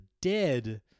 dead